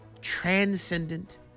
transcendent